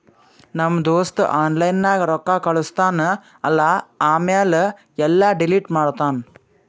ನಮ್ ದೋಸ್ತ ಆನ್ಲೈನ್ ನಾಗ್ ರೊಕ್ಕಾ ಕಳುಸ್ತಾನ್ ಅಲ್ಲಾ ಆಮ್ಯಾಲ ಎಲ್ಲಾ ಡಿಲೀಟ್ ಮಾಡ್ತಾನ್